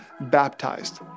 baptized